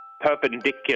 perpendicular